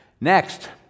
Next